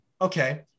okay